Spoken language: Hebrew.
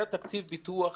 היה תקציב פיתוח,